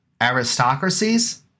aristocracies